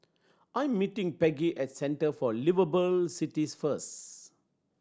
I'm meeting Peggy at Centre for Liveable Cities first